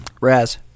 Raz